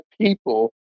people